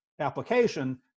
application